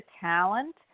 talent